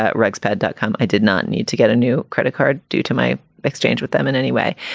ah wrex pad dot com. i did not need to get a new credit card due to my exchange with them in any way.